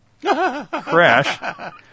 crash